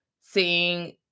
seeing